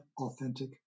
authentic